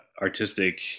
artistic